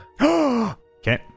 Okay